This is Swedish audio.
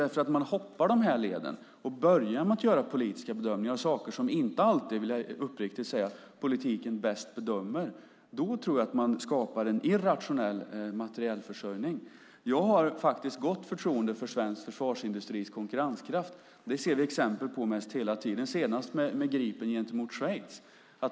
Om man hoppar över dessa led och börjar med att göra politiska bedömningar av saker som politiken uppriktigt sagt inte alltid är bäst på att bedöma skapar man en irrationell materielförsörjning. Jag har gott förtroende för svensk försvarsindustris konkurrenskraft. Det ser vi exempel på hela tiden, senast med Gripen och Schweiz.